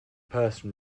person